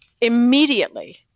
immediately